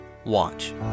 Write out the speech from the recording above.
Watch